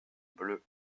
bleu